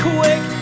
Quick